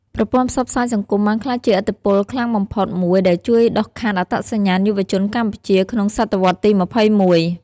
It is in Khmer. ប្រព័ន្ធផ្សព្វផ្សាយសង្គមបានក្លាយជាឥទ្ធិពលខ្លាំងបំផុតមួយដែលជួយដុសខាត់អត្តសញ្ញាណយុវជនកម្ពុជាក្នុងសតវត្សរ៍ទី ២១។